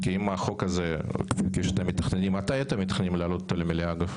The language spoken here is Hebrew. ועדה שאנחנו הקמנו לראשונה בכנסת הקודמת,